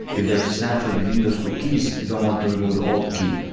if there's a snapshot within those two keys, you don't want to remove the old key.